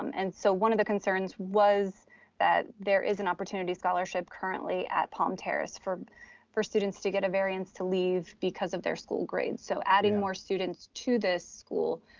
um and so one of the concerns was that there is an opportunity scholarship currently at palm terrace for for students to get a variance to leave because of their school grades. so adding more students to this school,